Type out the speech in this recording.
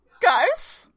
Guys